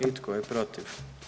I tko je protiv?